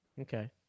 Okay